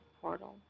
portal